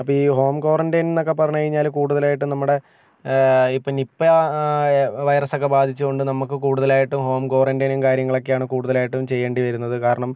അപ്പോൾ ഈ home quarantine എന്നൊക്കെ പറഞ്ഞു കഴിഞ്ഞാൽ കൂടുതലായിട്ടും നമ്മുടെ ഇപ്പം നിപ്പ വൈറസ് ഒക്കെ ബാധിച്ചത് കൊണ്ട് നമുക്ക് കൂടുതലായിട്ടും ഹോം ക്വാറൻറ്റൈനും കാര്യങ്ങളൊക്കെയാണ് കൂടുതലായിട്ടും ചെയ്യേണ്ടി വരുന്നത് കാരണം